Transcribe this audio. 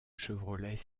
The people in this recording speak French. chevrolet